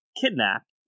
kidnapped